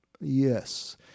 Yes